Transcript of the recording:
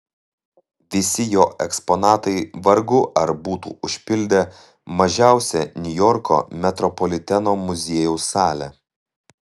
visi jo eksponatai vargu ar būtų užpildę mažiausią niujorko metropoliteno muziejaus salę